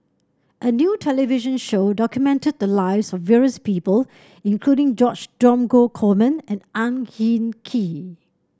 a new television show documented the lives of various people including George Dromgold Coleman and Ang Hin Kee